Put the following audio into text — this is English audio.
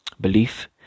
belief